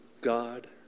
God